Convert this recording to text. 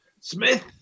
Smith